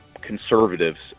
conservatives